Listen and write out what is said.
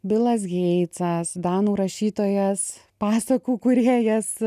bilas geitsas danų rašytojas pasakų kūrėjas